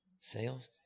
sales